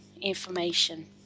information